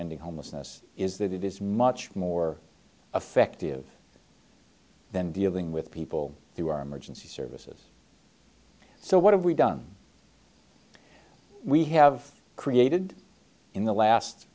ending homelessness is that it is much more effective than dealing with people who are emergency services so what have we done we have created in the last